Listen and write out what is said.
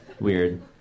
weird